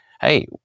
Hey